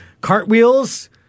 cartwheels